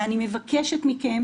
ואני מבקשת מכם